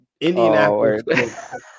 Indianapolis